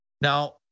Now